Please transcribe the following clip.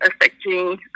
affecting